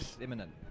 imminent